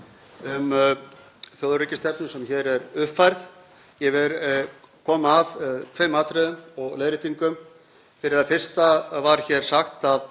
um þjóðaröryggisstefnu sem hér er uppfærð. Ég vil koma að tveim atriðum og leiðréttingu. Fyrir það fyrsta var sagt að